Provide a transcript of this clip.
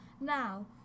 Now